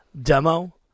demo